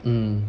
mm